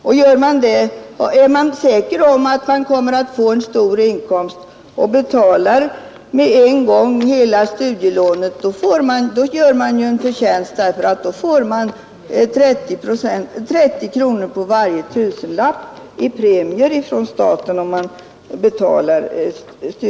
Och är man säker om att man kommer att få en stor inkomst och betalar hela studiemedelsbeloppet med en gång gör man ju en förtjänst, därför att då får man 30 kronor på varje tusenlapp i premie från staten.